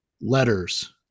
letters –